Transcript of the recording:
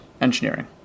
engineering